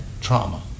trauma